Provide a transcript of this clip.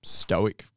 stoic